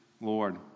Lord